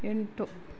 ಎಂಟು